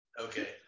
Okay